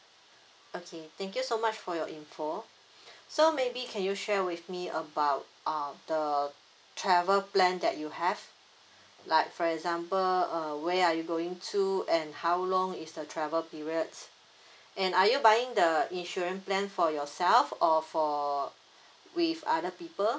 okay thank you so much for your info so maybe can you share with me about uh the travel plan that you have like for example uh where are you going to and how long is the travel period and are you buying the insurance plan for yourself or for with other people